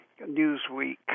Newsweek